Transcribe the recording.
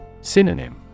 Synonym